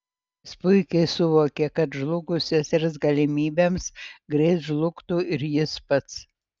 jis puikiai suvokė kad žlugus sesers galimybėms greit žlugtų ir jis pats